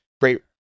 great